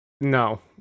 No